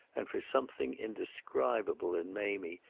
and for something indescribable in mamie,